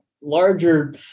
larger